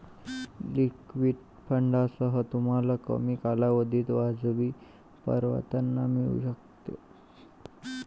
liquid फंडांसह, तुम्हाला कमी कालावधीत वाजवी परतावा मिळू शकेल